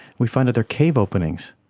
we find that they are cave openings.